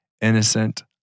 innocent